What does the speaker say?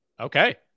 Okay